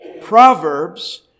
proverbs